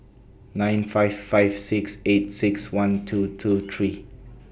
nine five five six eight six one two two three